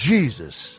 Jesus